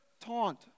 Taunt